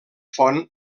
font